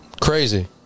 Crazy